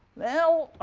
well